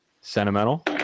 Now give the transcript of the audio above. Sentimental